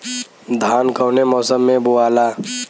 धान कौने मौसम मे बोआला?